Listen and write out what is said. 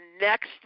next